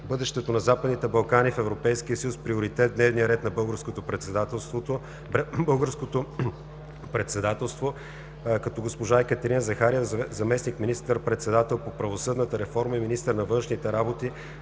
„Бъдещето на Западните Балкани в Европейския съюз – приоритет в дневния ред на Българското председателство“, като госпожа Екатерина Захариева – заместник министър-председател по правосъдната реформа и министър на външните работи,